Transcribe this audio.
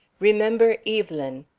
remember evelyn!